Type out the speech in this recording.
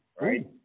right